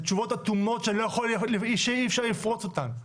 זה תשובות אטומות שאי אפשר לפרוץ אותן,